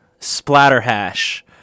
Splatterhash